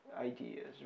ideas